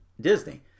Disney